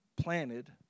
planted